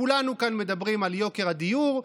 כולנו כאן מדברים על יוקר הדיור,